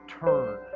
turn